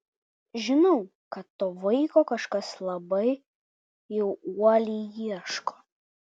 žinau kad to vaiko kažkas labai jau uoliai ieško